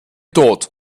tod